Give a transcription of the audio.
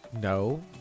no